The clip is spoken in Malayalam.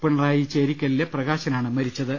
പിണറായി ചേരിക്കല്ലിലെ പ്രകാശനാണ് മരിച്ചത്